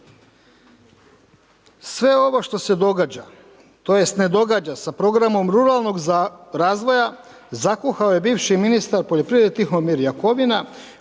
Sve ovo što se događa tj. ne događa sa programom ruralnog razvoja zakuhao je bivši ministar poljoprivrede Tihomir Jakovina